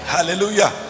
Hallelujah